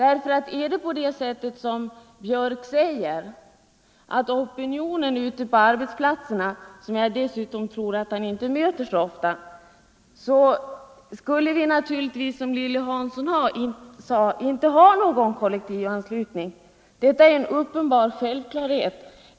Är det som Anders Björck säger, nämligen att opinionen ute på arbetsplatserna — som jag dessutom inte tror att han möter så ofta — är emot kollektivanslutning, så skulle vi, som Lilly Hansson sade, inte ha någon kollektivanslutning. Detta är en uppenbar självklarhet.